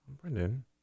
Brendan